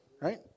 right